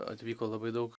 atvyko labai daug